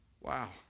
Wow